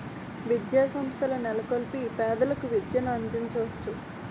విద్యాసంస్థల నెలకొల్పి పేదలకు విద్యను అందించవచ్చు